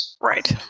Right